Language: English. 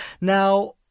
Now